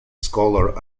scholar